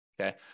okay